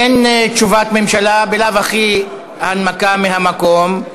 אין תשובת ממשלה בלאו הכי, ההנמקה מהמקום.